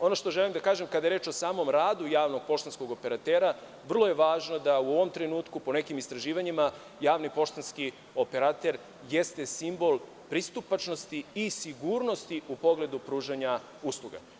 Ono što želim da kažem kada je reč o samom radu javnog poštanskog operatera, vrlo je važno da u ovom trenutku, po nekim istraživanjima javni poštanskioperater jeste simbol pristupačnosti i sigurnosti u pogledu pružanja usluga.